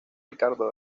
ricardo